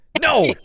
no